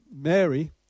Mary